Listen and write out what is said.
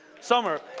Summer